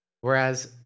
whereas